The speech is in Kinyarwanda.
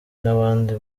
n’abandi